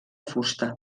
fusta